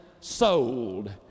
sold